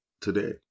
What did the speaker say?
Today